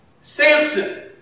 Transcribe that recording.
Samson